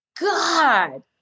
God